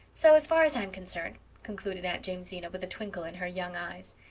so, as far as i am concerned, concluded aunt jamesina, with a twinkle in her young eyes,